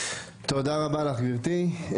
תודה רבה לך גברתי.